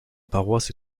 paroisse